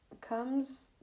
comes